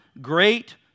great